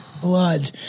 blood